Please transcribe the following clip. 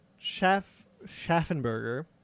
Schaffenberger